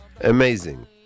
Amazing